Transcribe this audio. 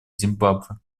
зимбабве